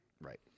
Right